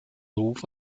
ruf